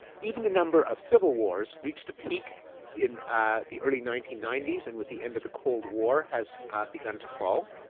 even the the number of civil wars reached a peek in the early nineteen ninety s and, with the end of the cold war, has begun to fall.